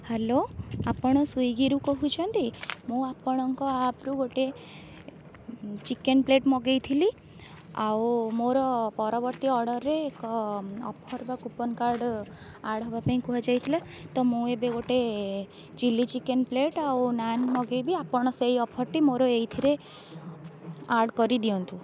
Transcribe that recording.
hello ଆପଣ ସ୍ୱିଗିରୁ କହୁଛନ୍ତି ମୁଁ ଆପଣଙ୍କ ଆପ୍ରୁ ଗୋଟେ ଚିକେନ୍ ପ୍ଲେଟ୍ ମଗାଇଥିଲି ଆଉ ମୋର ପରବର୍ତ୍ତୀ ଅର୍ଡ଼ରରେ ଏକ ଅଫର୍ ଵା କୁପନ୍ କାର୍ଡ଼ ଆଡ଼୍ ହେବା ପାଇଁ କୁହାଯାଇଥିଲା ତ ମୁଁ ଏବେ ଗୋଟେ ଚିଲ୍ଲୀ ଚିକେନ୍ ପ୍ଲେଟ ଆଉ ନାନ୍ ମଗାଇବି ତ ଆପଣ ସେଇ ଅଫର୍ଟି ମୋର ଏଇଥିରେ ଆଡ଼୍ କରିଦିଅନ୍ତୁ